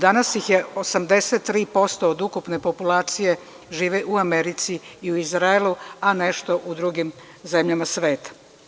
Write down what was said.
Danas ih je 83% od ukupne populacije, žive u Americi i u Izraelu, a nešto u drugim zemljama sveta.